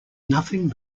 nothing